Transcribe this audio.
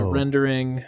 rendering